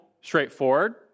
straightforward